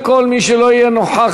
לכל מי שלא יהיה נוכח,